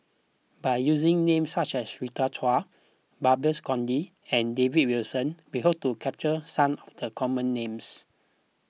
by using names such as Rita Chao Babes Conde and David Wilson we hope to capture some the common names